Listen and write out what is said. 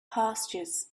pastures